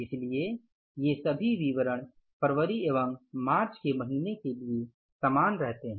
इसलिए ये सभी विवरण फरवरी एवंग मार्च के महीने के लिए समान रहते हैं